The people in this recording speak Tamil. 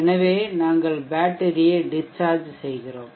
எனவே நாங்கள் பேட்டரியை டிஷ்சார்ஜ் செய்கிறோம்